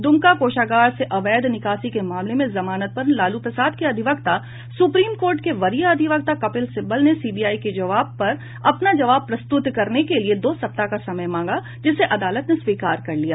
दुमका कोषागार से अवैध निकासी के मामले में जमानत पर लालू प्रसाद के अधिवक्ता सुप्रीम कोर्ट के वरीय अधिवक्ता कपिल सिब्बल ने सीबीआई के जवाब पर अपना जवाब प्रस्तुत करने के लिए दो सप्ताह का समय मांगा जिसे अदालत ने स्वीकार कर लिया